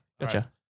Gotcha